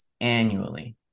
annually